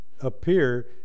Appear